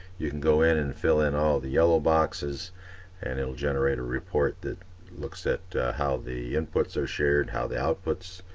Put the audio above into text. you can go in and fill in all the yellow boxes and it will generate a report that looks at how the inputs are shared, how the outputs,